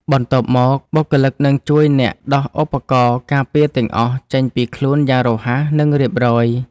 បន្ទាប់មក បុគ្គលិកនឹងជួយអ្នកដោះឧបករណ៍ការពារទាំងអស់ ចេញពីខ្លួនយ៉ាងរហ័ស និងរៀបរយ។